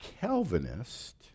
Calvinist